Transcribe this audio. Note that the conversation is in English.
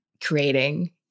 creating